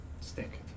Stick